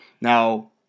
Now